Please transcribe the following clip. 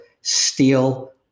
steel